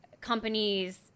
companies